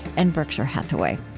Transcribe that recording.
and berkshire hathaway.